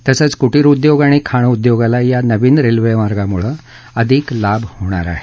तसंच कुटीर उद्योग आणि खाण उद्योगाला या नवीन रेल्वेमार्गामुळे अधिक फायदा होणार आहे